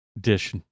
dish